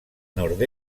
nord